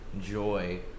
joy